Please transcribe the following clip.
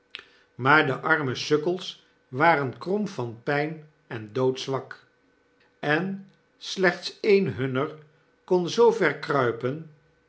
maar dearme sukkels waren krom van pyn en doodzwak en slechts een hunner kon zoo ver kruipen